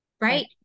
Right